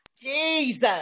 Jesus